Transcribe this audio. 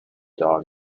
dog